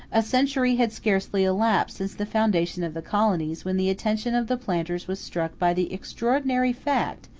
a century had scarcely elapsed since the foundation of the colonies, when the attention of the planters was struck by the extraordinary fact,